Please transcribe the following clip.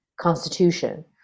constitution